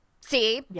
see